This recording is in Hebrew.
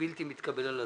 בלתי מתקבל על הדעת.